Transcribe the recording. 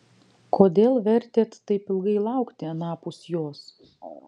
kodėl vertėt taip ilgai laukti anapus jos